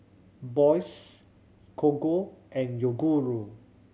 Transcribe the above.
Bose Gogo and Yoguru